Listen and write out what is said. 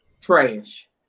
trash